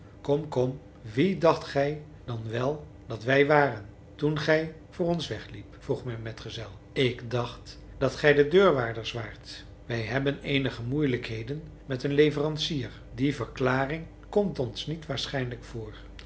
kom kom wie dacht gij dan wel dat wij waren toen gij voor ons wegliept vroeg mijn metgezel ik dacht dat gij de deurwaarders waart wij hebben eenige moeilijkheden met een leverancier die verklaring komt ons niet waarschijnlijk voor